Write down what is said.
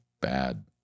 bad